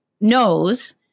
knows